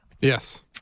Yes